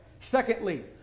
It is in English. Secondly